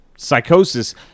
psychosis